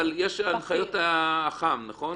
אבל יש את הנחיות האח"מ, נכון?